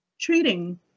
treating